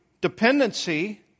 dependency